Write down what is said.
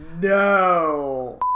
No